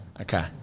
Okay